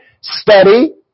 Study